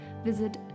visit